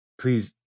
Please